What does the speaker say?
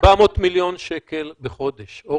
--- 400 מיליון שקל בחודש, אורנה.